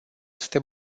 este